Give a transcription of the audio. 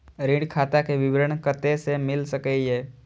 ऋण खाता के विवरण कते से मिल सकै ये?